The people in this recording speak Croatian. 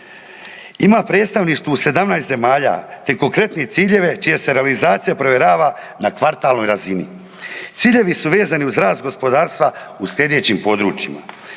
Ima predstavništvo u 17 zemalja te konkretne ciljeve čija se realizacija provjerava na kvartalnoj razini. Ciljevi su vezani uz rast gospodarstva u sljedećim područjima: